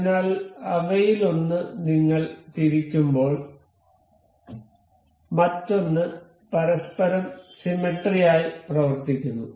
അതിനാൽ അവയിലൊന്ന് നിങ്ങൾ തിരിക്കുമ്പോൾ മറ്റൊന്ന് പരസ്പരം സിമെട്രിയായി പ്രവർത്തിക്കുന്നു